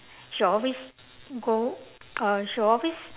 she will always go uh she will always